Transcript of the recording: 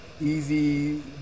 easy